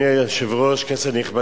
אני קובע שהצעת חוק זו אושרה בקריאה ראשונה,